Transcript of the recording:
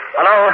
Hello